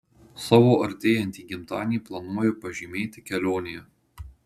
savo artėjantį gimtadienį planuoju pažymėti kelionėje